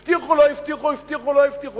הבטיחו, לא הבטיחו, הבטיחו, לא הבטיחו.